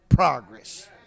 Progress